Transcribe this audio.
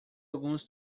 alguns